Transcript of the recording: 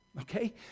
okay